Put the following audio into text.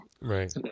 right